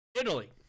Italy